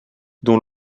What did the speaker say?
dont